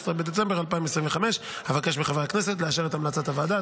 16 בדצמבר 2025. אבקש מחברי הכנסת לאשר את המלצת הוועדה.